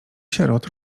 sierot